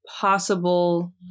possible